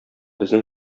безнең